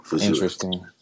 Interesting